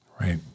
Right